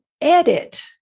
edit